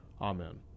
amen